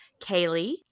Kaylee